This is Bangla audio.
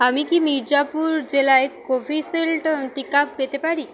আমি কি মির্জাপুর জেলায় কোভিশিল্ড টিকা পেতে পারি